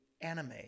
anime